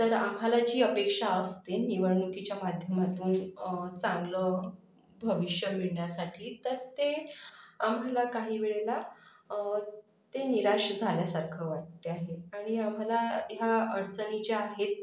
तर आम्हाला जी अपेक्षा असते निवडणुकीच्या माध्यमातून चांगलं भविष्य मिळण्यासाठी तर ते आम्हाला काहीवेळेला ते निराश झाल्यासारखं वाटते आहे आणि आम्हाला ह्या अडचणी ज्या आहेत